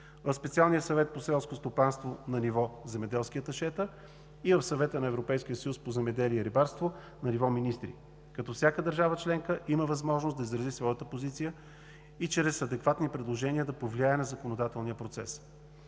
Специалния съвет по селско стопанство на ниво земеделски аташета, и в Съвета на Европейския съюз по земеделие и рибарство на ниво министри. Всяка държава членка има възможност да изрази своята позиция и чрез адекватни предложения да повлияе на законодателния процес.